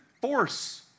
force